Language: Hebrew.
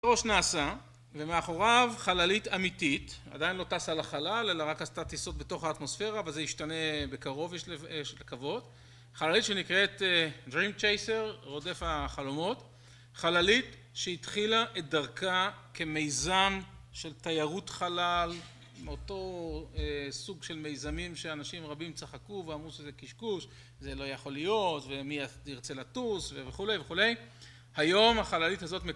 ראש נאס"א, ומאחוריו חללית אמיתית, עדיין לא טסה לחלל, אלא רק עשתה טיסות בתוך האטמוספירה, אבל זה ישתנה בקרוב יש לקוות. חללית שנקראת Dream Chaser, רודף החלומות. חללית שהתחילה את דרכה כמיזם של תיירות חלל, אותו סוג של מיזמים שאנשים רבים צחקו ואמרו שזה קשקוש, זה לא יכול להיות, ומי ירצה לטוס וכו' וכו'. היום החללית הזאת..